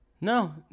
No